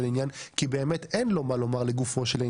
עניין כי באמת כנראה אין לו מה לומר לגופו של עניין,